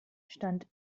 stand